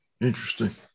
interesting